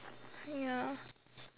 ya